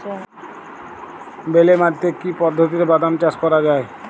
বেলে মাটিতে কি পদ্ধতিতে বাদাম চাষ করা যায়?